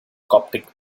coptic